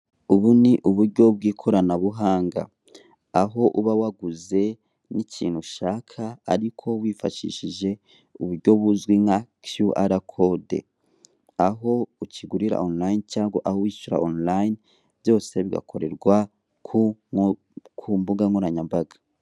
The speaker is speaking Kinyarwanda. Ubu ni uburyo bw'ikoranabuhanga aho uba waguza nk'ikintu ushaka ariko wifashishije uburyo buzwi nka kiyu ara kode aho ukigurira onulayini cyangwa aho wishyura onulayini byose bigakorerwa ku mbuga nkoranyambaga.